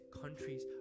countries